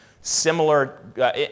similar